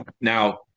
Now